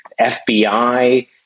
FBI